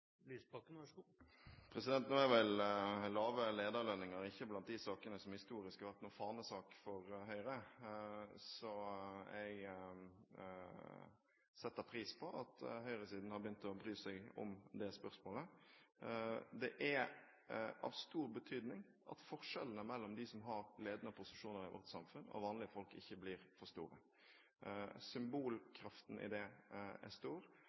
for Høyre. Så jeg setter pris på at høyresiden har begynt å bry seg om det spørsmålet. Det er av stor betydning at forskjellene mellom de som har ledende posisjoner i vårt samfunn og vanlige folk, ikke blir for store. Symbolkraften i det er stor.